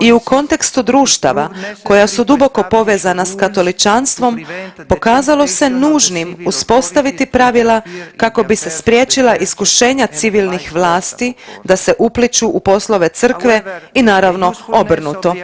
Čak i u kontekstu društava koja su duboko povezana s katoličanstvom pokazalo se nužnim uspostaviti pravila kako bi se spriječila iskušenja civilnih vlasti da se upliću u poslove Crkve i naravno obrnuto.